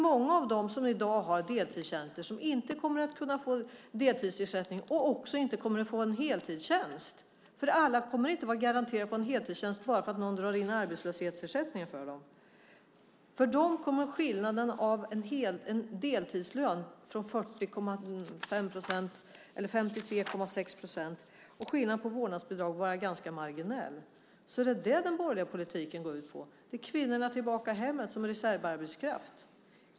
Många av dem som i dag har deltidstjänster, som inte kommer att kunna få deltidsersättning och heller inte kommer att få någon heltidstjänst - för alla kommer inte att vara garanterade en heltidstjänst bara för att någon drar in arbetslöshetsersättningen för dem - kommer skillnaden mellan en deltidslön på 40,5 procent eller 53,6 procent och vårdnadsbidraget att vara ganska marginell. Är detta vad den borgerliga politiken går ut på? Ska kvinnorna tillbaka till hemmet som reservarbetskraft?